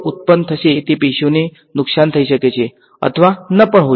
તેથી તે ત્યાં ઉત્પન્ન થશે તે પેશીઓને નુકસાન થઈ શકે છે અથવા ન પણ હોઈ શકે